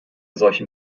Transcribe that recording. solchen